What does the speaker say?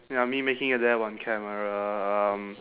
ya me making a dab on camera um